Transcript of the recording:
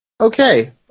Okay